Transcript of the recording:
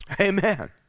amen